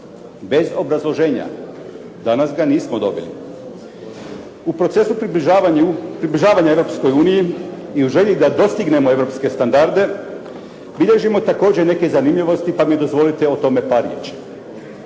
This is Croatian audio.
bez obrazloženja. Danas ga nismo dobili. U procesu približavanja Europskoj uniji, i u želji da dostignemo europske standarde, bilježimo također neke zanimljivosti pa mi dozvolite o tome par riječi.